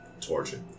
Torture